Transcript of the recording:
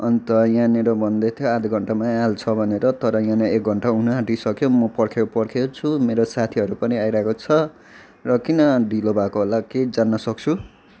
अन्त यहाँनिर भन्दैथ्यो आधा घन्टामै आइहाल्छ भनेर तर यहाँनिर एक घन्टा हुनु आँटिसक्यो म पर्खेको पर्खेकै छु मेरो साथीहरू पनि आइरहेको छ र किन ढिलो भएको होला केही जान्न सक्छु